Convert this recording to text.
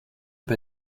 bei